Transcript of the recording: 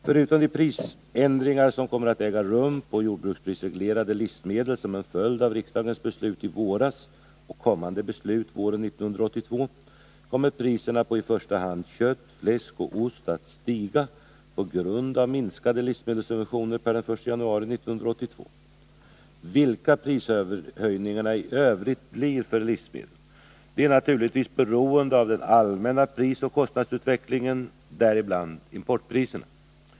Förutom de prisändringar som kommer att äga rum på jordbruksprisreglerade livsmedel som en följd av riksdagens beslut i våras och kommande beslut våren 1982 kommer priserna på i första hand kött. fläsk och ost att stiga på grund av minskade livsmedelssubventioner per den 1 januari 1982. Vilka prishöjningarna i övrigt blir på livsmedel är naturligtvis beroende av den allmänna prisoch kostnadsutvecklingen, däribland importpriserna.